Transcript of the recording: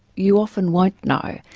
you often won't know,